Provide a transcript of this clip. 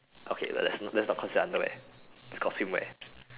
okay well that's not considered underwear its called swimwear